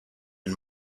and